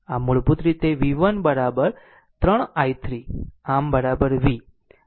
આમ મૂળભૂત રીતે v1 3 i3 આમ v